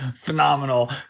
phenomenal